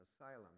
asylum